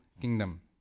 kingdom